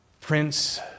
Prince